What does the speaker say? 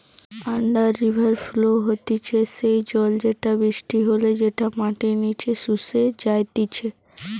under river flow হতিছে সেই জল যেটা বৃষ্টি হলে যেটা মাটির নিচে শুষে যাইতিছে